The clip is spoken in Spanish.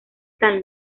tan